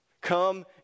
Come